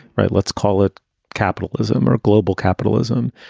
right. let's call it capitalism or global capitalism.